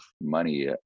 money